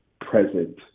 present